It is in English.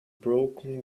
broken